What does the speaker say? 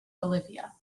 bolivia